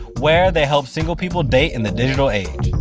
where they help single people date in the digital age.